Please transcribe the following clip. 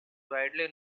widely